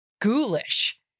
ghoulish